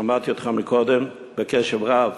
שמעתי אותך קודם בקשב רב,